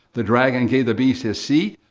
the dragon gave the beast his seat.